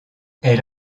elle